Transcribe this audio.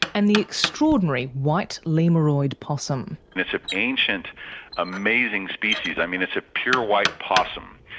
and the extraordinary white lemuroid possum. it's an ancient amazing species. i mean, it's a pure white possum.